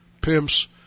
pimps